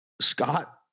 Scott